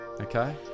okay